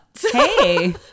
hey